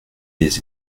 les